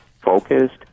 focused